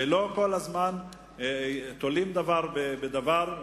ולא שכל הזמן יתלו דבר בדבר,